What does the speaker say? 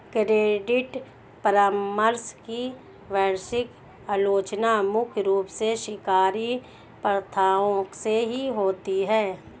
credit परामर्श की वैश्विक आलोचना मुख्य रूप से शिकारी प्रथाओं से होती है